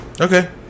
Okay